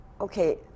Okay